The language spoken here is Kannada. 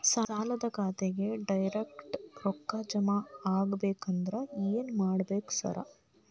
ಸಾಲದ ಖಾತೆಗೆ ಡೈರೆಕ್ಟ್ ರೊಕ್ಕಾ ಜಮಾ ಆಗ್ಬೇಕಂದ್ರ ಏನ್ ಮಾಡ್ಬೇಕ್ ಸಾರ್?